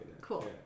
cool